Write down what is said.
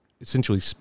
essentially